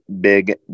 big